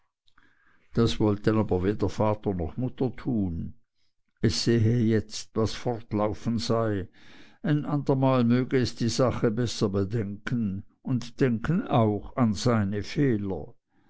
das wollten aber weder vater noch mutter tun es sehe jetzt was fortlaufen sei ein andermal möge es die sache besser bedenken und denken auch an seine fehler